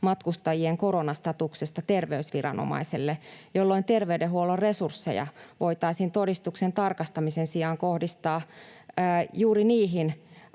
matkustajien koronastatuksesta terveysviranomaiselle, jolloin terveydenhuollon resursseja voitaisiin todistusten tarkastamisen sijaan kohdistaa juuri niihin